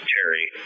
Terry